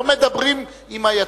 לא מדברים עם היציע.